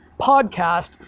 podcast